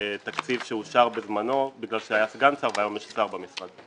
התקציב שאושר בזמנו בגלל שהיה סגן שר והיום יש שר במשרד.